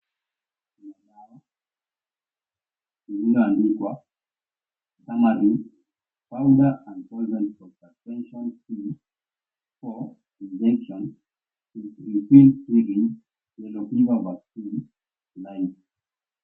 Chupa ya dawa iliyoaandikwa, Summary Powder and Solvent of Suspension for Injection in Between Liquid Yellow Fever Vaccine Live.